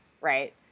Right